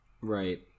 Right